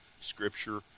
scripture